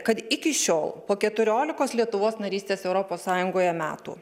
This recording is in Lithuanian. kad iki šiol po keturiolikos lietuvos narystės europos sąjungoje metų